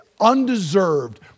undeserved